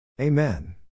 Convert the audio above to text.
Amen